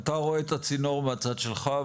אתה רואה את הצינור מהצד שלך,